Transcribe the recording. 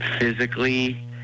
physically